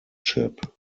ship